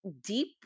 deep